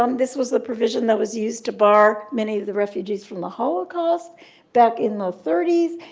um this was the provision that was used to bar many of the refugees from the holocaust back in the thirty s.